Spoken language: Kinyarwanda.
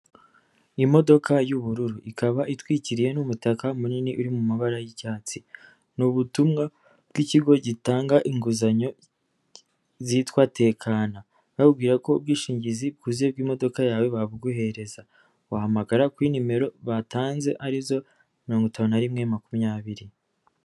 Imodoka y'ubururu, ikaba itwikiye n'umutaka munini uri mu mabara y'icyatsi, ni ubutumwa bw'ikigo gitanga inguzanyo zitwa tekana ababwira ko ubwishingizi bwuzuye bw'imodoka yawe babuguhereza, wahamagara kuri nimero batanze arizo mirongo itanu na rimwe makumyabiri.